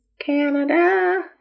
Canada